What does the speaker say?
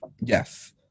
Yes